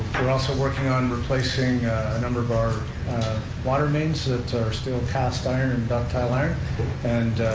we're also working on replacing a number of our water mains that are still cast iron and ductile iron and